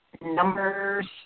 numbers